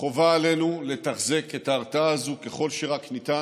חובה עלינו לתחזק את ההרתעה הזאת ככל שרק ניתן,